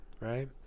right